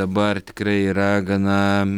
dabar tikrai yra gana